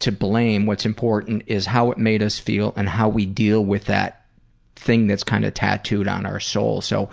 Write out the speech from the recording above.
to blame. what's important is how it made us feel and how we deal with that thing that's kind of tattooed on our soul. so